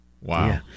Wow